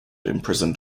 imprisoned